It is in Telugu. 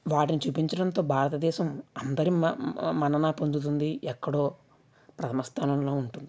వాటిని చూపించడంతో భారతదేశం అందరి మన్నన పొందుతుంది ఎక్కడో ప్రథమ స్థానంలో ఉంటుంది